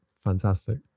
fantastic